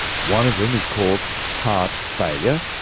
one of them is called heart failure.